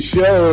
Show